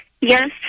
Yes